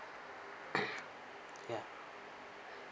ya